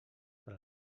per